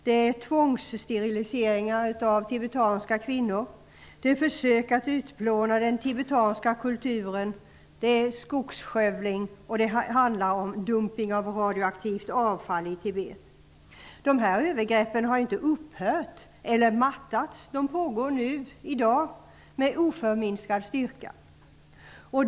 Det är tvångssterilisering av tibetanska kvinnor. Det är försök att utplåna den tibetanska kulturen. Det är skogsskövling, och det handlar om dumpning av radioaktivt avfall i Tibet. De här övergreppen har inte upphört eller mattats. De pågår nu, i dag, med oförminskad styrka.